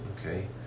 okay